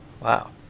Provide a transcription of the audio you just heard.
Wow